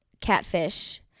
catfish